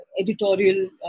editorial